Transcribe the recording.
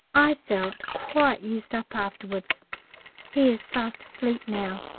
i felt quite used up afterwards. he is fast asleep now.